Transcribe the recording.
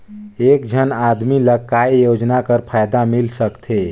एक झन आदमी ला काय योजना कर फायदा मिल सकथे?